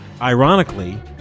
ironically